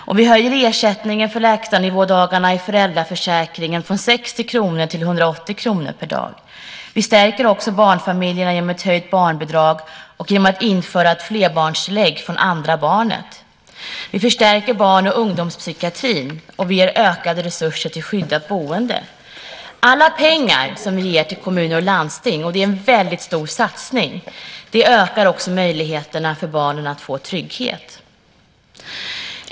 Vi höjer också ersättningen för lägstanivådagarna i föräldraförsäkringen från 60 kr till 180 kr per dag. Vi stärker också barnfamiljerna genom ett höjt barnbidrag och genom att införa ett flerbarnstillägg från andra barnet. Vi förstärker barn och ungdomspsykiatrin, och vi ger ökade resurser till skyddat boende. Alla pengar som vi ger till kommuner och landsting - det är en väldigt stor satsning - ökar också möjligheterna för barnen att få trygghet.